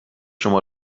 شما